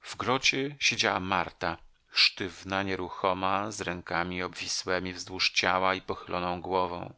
w grocie siedziała marta sztywna nieruchoma z rękami obwisłemi wzdłuż ciała i pochyloną głową